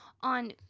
on